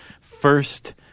first